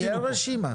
תהיה רשימה.